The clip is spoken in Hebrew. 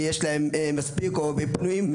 כי יש להם מספיק והם פנויים,